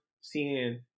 seeing